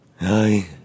Hi